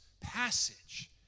passage